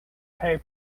pay